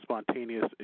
Spontaneous